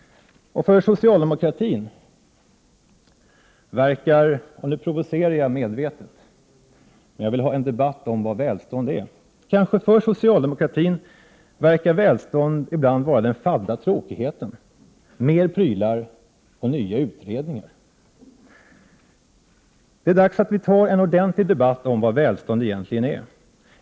För socialdemokratin verkar välstånd — och nu provocerar jag medvetet, för jag vill ha en debatt om vad välstånd är — ibland vara den fadda tråkigheten; mer prylar och nya utredningar. Det är dags att vi tar en ordentlig debatt om vad välstånd egentligen är.